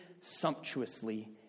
sumptuously